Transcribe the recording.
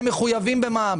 אתם מחויבים במע"מ.